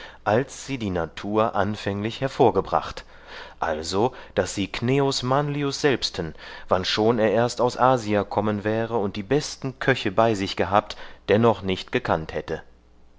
als sie die natur anfänglich hervorgebracht also daß sie cnäus manlius selbsten wannschon er erst aus asia kommen wäre und die beste köche bei sich gehabt dannoch nicht gekannt hätte